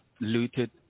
looted